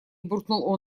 буркнул